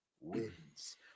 wins